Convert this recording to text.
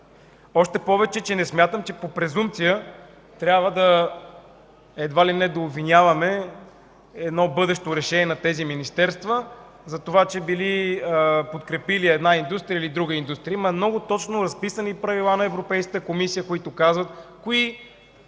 Още повече, че не смятам, че по презумпция трябва, едва ли не, да обвиняваме едно бъдещо решение на тези министерства за това, че били подкрепили една индустрия или друга индустрия. Има много точно разписани правила на Европейската комисия, които казват кои